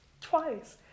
Twice